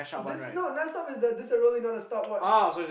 this no non stop is the this a rolling not a stopwatch